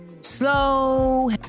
Slow